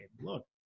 Look